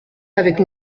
avec